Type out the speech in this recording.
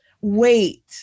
wait